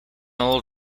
old